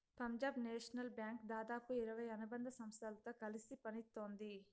Punjab national bank దాదాపు ఇరవై అనుబంధ సంస్థలతో కలిసి పనిత్తోంది